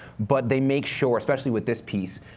but they make sure, especially with this piece,